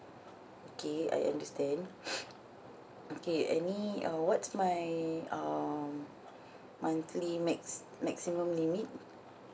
okay I understand okay any uh what's my um monthly max maximum limit